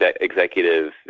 executive